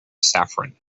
saffron